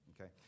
okay